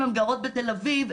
אם הן גרות בתל אביב,